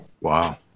wow